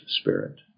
spirit